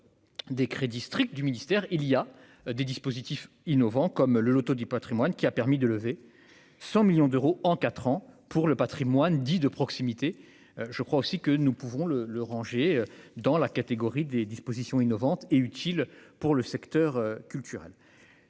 sûr des crédits strict du ministère, il y a des dispositifs innovants comme le Loto du Patrimoine qui a permis de lever 100 millions d'euros en 4 ans pour le Patrimoine, dits de proximité, je crois aussi que nous pouvons le le ranger dans la catégorie des dispositions innovantes et utiles pour le secteur culturel,